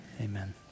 amen